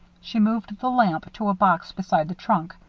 she moved the lamp to a box beside the trunk,